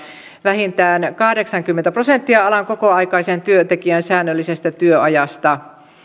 vähintään kahdeksankymmentä prosenttia alan kokoaikaisen työntekijän säännöllisestä työajasta